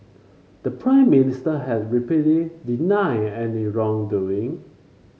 the Prime Minister has repeatedly denied any wrongdoing